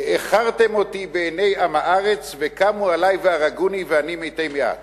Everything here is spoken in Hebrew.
העכרתם אותי בעיני עם הארץ וקמו עלי והרגוני ואני מתי מעט.